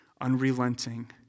unrelenting